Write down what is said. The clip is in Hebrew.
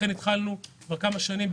לכן התחלנו כבר כמה שנים,